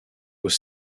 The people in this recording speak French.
aux